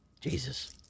Jesus